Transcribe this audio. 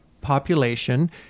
population